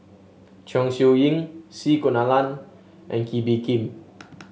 Chong Siew Ying C Kunalan and Kee Bee Khim